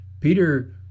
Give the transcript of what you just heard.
Peter